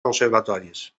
conservatoris